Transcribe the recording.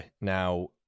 Now